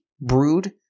Brood